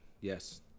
Yes